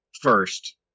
first